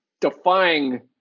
defying